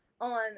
on